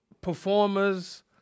performers